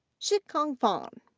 shikang fan,